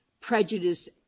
prejudice